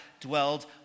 dwelled